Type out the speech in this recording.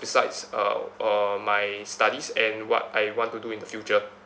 besides uh uh my studies and what I want to do in the future